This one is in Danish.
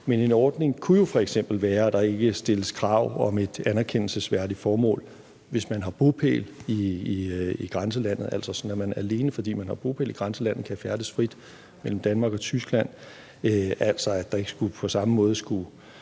men en ordning kunne jo f.eks. være, at der ikke stilles krav om et anerkendelsesværdigt formål, hvis man har bopæl i grænselandet, altså at man, alene fordi man har bopæl i grænselandet, kan færdes frit mellem Danmark og Tyskland, og at der ikke på samme måde skulle